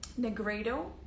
negredo